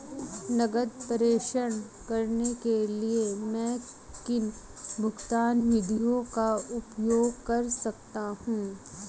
नकद प्रेषण करने के लिए मैं किन भुगतान विधियों का उपयोग कर सकता हूँ?